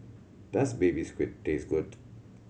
does Baby Squid taste good